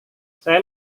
saya